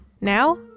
Now